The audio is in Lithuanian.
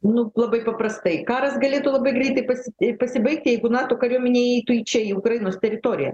nu labai paprastai karas galėtų labai greitai pasi pasibaigti jeigu nato kariuomenė įeitų čia į ukrainos teritoriją